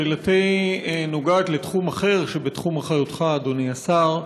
שאלתי נוגעת לתחום אחר שבתחום אחריותך, אדוני השר,